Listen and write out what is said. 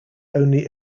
only